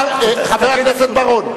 חבר הכנסת בר-און.